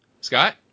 Scott